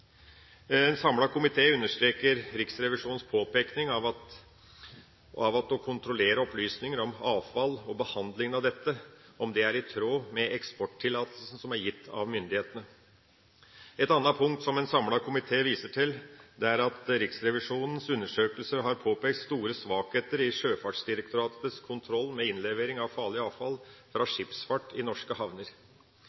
En samlet komité understreker Riksrevisjonens påpekning av å kontrollere om opplysningene om avfallet og behandlinga av dette er i tråd med eksporttillatelsen som er gitt av myndighetene. Et annet punkt som en samlet komité viser til, er at Riksrevisjonens undersøkelser har påpekt store svakheter i Sjøfartsdirektoratets kontroll med innlevering av farlig avfall fra